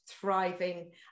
thriving